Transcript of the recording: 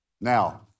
Now